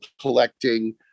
collecting